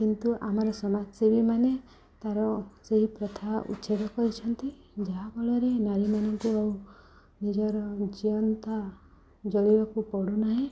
କିନ୍ତୁ ଆମର ସମାଜସେବୀ ମାନେ ତାର ସେହି ପ୍ରଥା ଉଚ୍ଛେଦ କରିଛନ୍ତି ଯାହାଫଳରେ ନାରୀମାନଙ୍କୁ ଆଉ ନିଜର ଜିଅନ୍ତା ଜଳିବାକୁ ପଡ଼ୁନାହିଁ